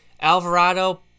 Alvarado